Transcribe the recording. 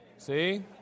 See